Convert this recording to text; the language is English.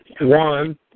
One